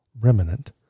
remnant